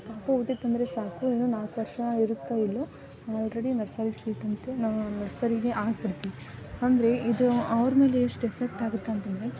ಪಾಪ ಹುಟ್ಟತ್ ಅಂದರೆ ಸಾಕು ಇನ್ನೂ ನಾಲ್ಕು ವರ್ಷ ಇರುತ್ತೋ ಇಲ್ವೋ ಆಲ್ರಡಿ ನರ್ಸರಿ ಸೀಟ್ ಅಂತೆ ನಾವು ನರ್ಸರಿಗೆ ಹಾಕ್ಬಿಡ್ತೀವ್ ಅಂದರೆ ಇದು ಅವ್ರ ಮೇಲೆ ಎಷ್ಟು ಇಫೆಕ್ಟ್ ಆಗುತ್ತಂತಂದರೆ